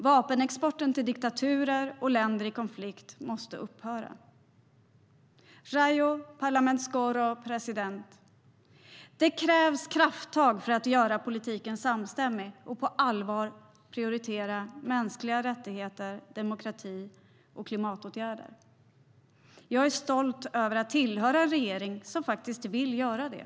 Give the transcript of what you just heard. Vapenexporten till diktaturer och länder i konflikt måste upphöra. Det krävs krafttag för att göra politiken samstämmig så att den på allvar prioriterar mänskliga rättigheter, demokrati och klimatåtgärder. Jag är stolt över att tillhöra en regering som faktiskt vill göra det.